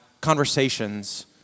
conversations